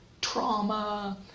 trauma